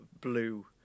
blue